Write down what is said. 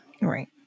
Right